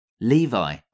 Levi